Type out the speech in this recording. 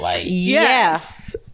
Yes